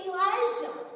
Elijah